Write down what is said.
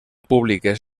públiques